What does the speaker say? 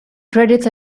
credits